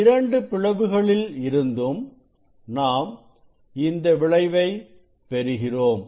இரண்டு பிளவுகளில் இருந்தும் நாம் இந்த விளைவை பெறுகிறோம்